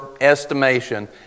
estimation